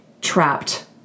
trapped